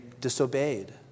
disobeyed